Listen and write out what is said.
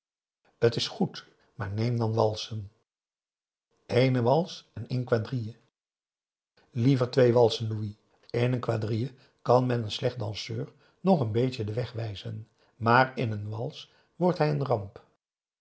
t is goed maar neem dan walsen eene wals en een quadrille liever twee walsen louis in een quadrille kan men een slecht danseur nog n beetje den weg wijzen maar in een wals wordt hij een ramp